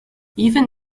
even